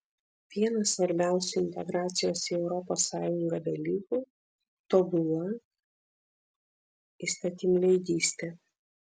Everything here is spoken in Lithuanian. vienas svarbiausių integracijos į europos sąjungą dalykų tobula įstatymleidystė